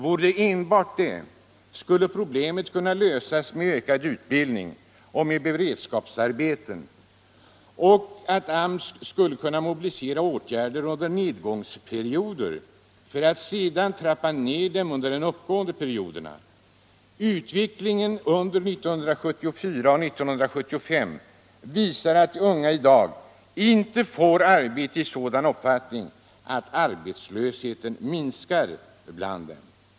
Vore den enbart det, skulle problemet kunna lösas med ökad utbildning och med beredskapsarbeten, och AMS skulle kunna mobilisera åtgärder under nedgångsperioderna för att sedan trappa ned dem under de uppåtgående perioderna. Utvecklingen under 1974 och 1975 visar att de unga i dag inte får arbete i sådan omfattning att arbetslösheten minskar bland dem.